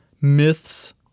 myths